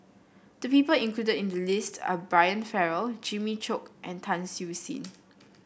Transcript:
the people included in the list are Brian Farrell Jimmy Chok and Tan Siew Sin